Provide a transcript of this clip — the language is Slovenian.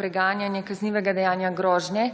preganjanje kaznivega dejanja grožnje,